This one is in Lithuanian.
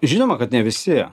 žinoma kad ne visi